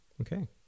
Okay